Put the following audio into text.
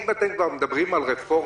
אם אתם כבר מדברים על רפורמה,